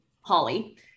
Holly